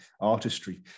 artistry